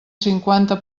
cinquanta